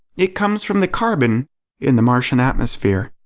it comes from the carbon in the martian atmosphere.